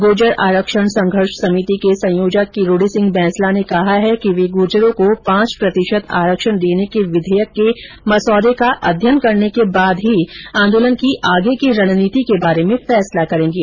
गुर्जर आरक्षण संघर्ष समिति के संयोजक किरोड़ी सिंह बैंसला ने कहा कि वे गुर्जरों को पांच प्रतिशत आरक्षण देने के विधेयक के मसौदे का अध्ययन करने के बाद ही आंदोलन की आगे की रणनीति के बारे में फैसला करेंगे